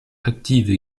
active